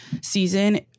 season